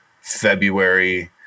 February